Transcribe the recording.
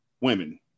women